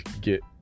get